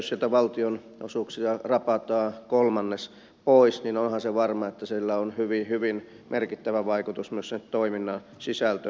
jos sieltä rapataan valtionosuuksia kolmannes pois niin onhan se varma että sillä on hyvin merkittävä vaikutus myös sen toiminnan sisältöön ja palveluitten saatavuuteen